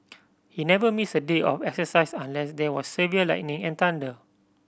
he never missed a day of exercise unless there was severe lightning and thunder